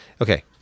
okay